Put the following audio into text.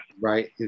right